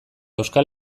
euskal